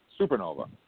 Supernova